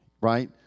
right